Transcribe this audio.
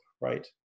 right